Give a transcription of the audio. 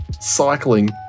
cycling